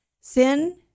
Sin